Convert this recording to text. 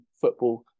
football